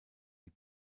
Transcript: die